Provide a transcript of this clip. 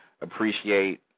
appreciate